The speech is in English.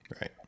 Right